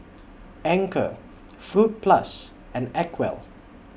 Anchor Fruit Plus and Acwell